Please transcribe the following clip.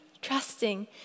trusting